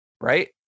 right